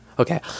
Okay